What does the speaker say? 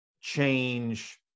change